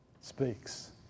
speaks